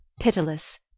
pitiless